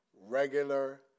regular